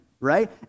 right